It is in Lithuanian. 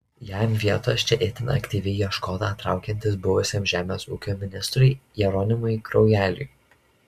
jam vietos čia itin aktyviai ieškota traukiantis buvusiam žemės ūkio ministrui jeronimui kraujeliui